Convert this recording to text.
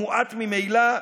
המועט ממילא,